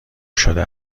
شده